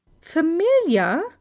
Familiar